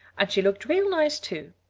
and she looked real nice too.